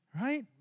Right